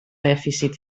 dèficit